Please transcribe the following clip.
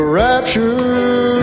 rapture